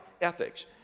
ethics